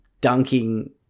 dunking